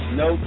no